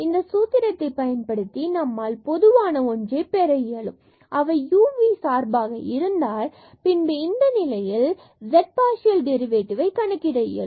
இந்த சூத்திரத்தை பயன்படுத்தி பின்பு நம்மால் பொதுவான ஒன்று பெற இயலும் அவை u v சார்பாக இருந்தால் பின்பு இந்த நிலையில் நம்மால் z பார்சியல் டெரிவேடிவ்வை கணக்கிட இயலும்